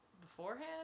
beforehand